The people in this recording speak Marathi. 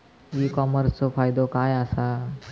ई कॉमर्सचो फायदो काय असा?